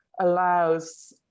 allows